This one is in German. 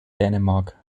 dänemark